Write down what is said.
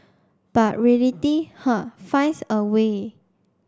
but reality huh finds a way